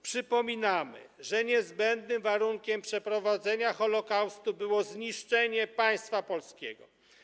Przypominamy, że niezbędnym warunkiem przeprowadzenia Holokaustu było zniszczenie państwa polskiego.